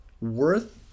worth